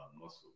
muscle